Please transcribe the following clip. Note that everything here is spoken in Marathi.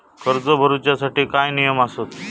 कर्ज भरूच्या साठी काय नियम आसत?